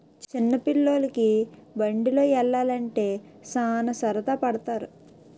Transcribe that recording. చిన్న పిల్లోలికి బండిలో యల్లాలంటే సాన సరదా పడతారు